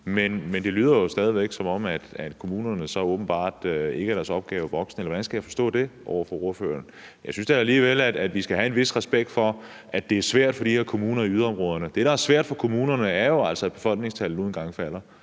men det lyder jo stadig væk, som om kommunerne så åbenbart ikke er deres opgave voksen. Eller hvordan skal jeg forstå det, ordføreren siger? Jeg synes da alligevel, at vi skal have en vis respekt for, at det er svært for de her kommuner i yderområderne. Det, der er svært for kommunerne, er jo altså, at befolkningstallet nu engang falder,